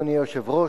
אדוני היושב-ראש,